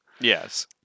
yes